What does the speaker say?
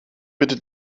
bitte